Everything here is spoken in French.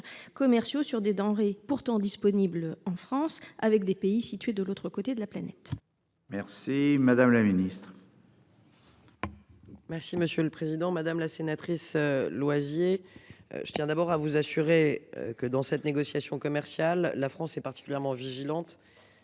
commerciaux sur des denrées pourtant disponible en France avec des pays situés de l'autre côté de la planète. Merci, madame la Ministre. Merci monsieur le président, madame la sénatrice Loisier. Je tiens d'abord à vous assurer que dans cette négociation commerciale. La France est particulièrement vigilante.